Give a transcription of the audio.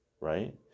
right